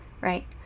right